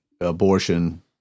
abortion